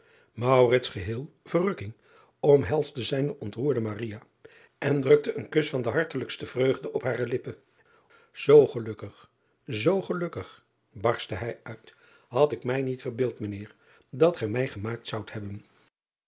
geheel verrukking omhelsde zijne ontroerde en drukte een kus van de hartelijkste vreugde op hare lippen oo gelukkig zoo gelukkig barstte hij uit had ik mij niet verbeeld mijn eer dat gij mij gemaakt zoudt hebben